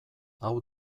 hau